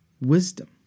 wisdom